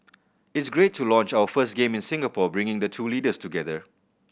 it's great to launch our first game in Singapore bringing the two leaders together